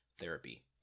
therapy